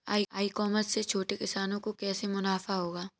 ई commerce से छोटे किसानों को कैसे मुनाफा होगा?